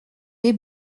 des